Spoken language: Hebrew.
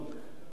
חלילה וחס.